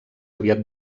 aviat